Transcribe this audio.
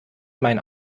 meinen